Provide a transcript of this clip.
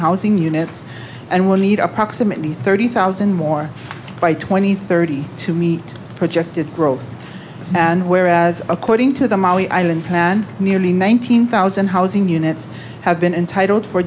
housing units and will need approximately thirty thousand more by twenty thirty to meet projected growth and whereas according to the molly i didn't plan nearly nineteen thousand housing units have been entitled for